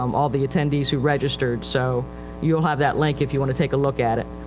um all the attendees who registered. so youill have that link if you want to take a look at it.